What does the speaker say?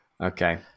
Okay